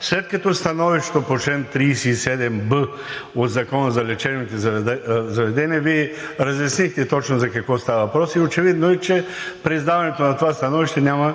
след като становището по чл. 37б от Закона за лечебните заведения, Вие разяснихте точно за какво става въпрос и очевидно е, че при издаването на това становище няма